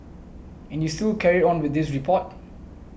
and you still carried on with this report